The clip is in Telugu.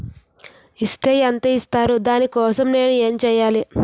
ఇస్ తే ఎంత ఇస్తారు దాని కోసం నేను ఎంచ్యేయాలి?